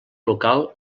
local